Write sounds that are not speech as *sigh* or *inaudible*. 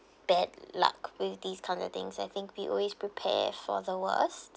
*breath* bad luck with these kind of things I think we always prepare for the worst